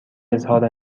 اظهار